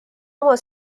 oma